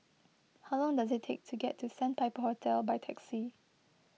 how long does it take to get to Sandpiper Hotel by taxi